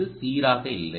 இது சீராக இல்லை